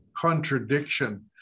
contradiction